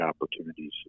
opportunities